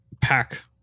pack